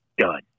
done